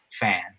fan